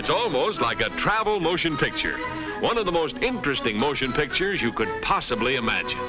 it's almost like a travel motion picture one of the most interesting motion pictures you could possibly imagine